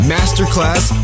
Masterclass